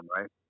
right